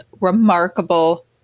remarkable